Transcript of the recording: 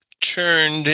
turned